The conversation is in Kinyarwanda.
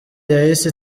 yahise